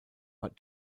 war